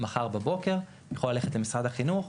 מחר בבוקר יכול ללכת למשרד החינוך,